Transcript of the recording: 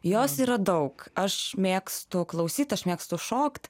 jos yra daug aš mėgstu klausyt aš mėgstu šokt